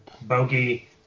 Bogey